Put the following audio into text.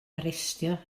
arestio